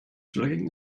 dragging